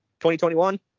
2021